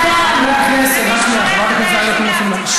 יש אדם, רק שנייה, חברת הכנסת עאידה תומא סלימאן.